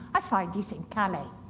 i find he's in calais.